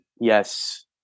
Yes